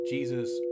Jesus